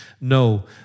No